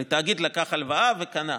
הרי תאגיד לקח הלוואה וקנה,